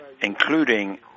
including